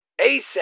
ASAP